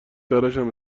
تراشم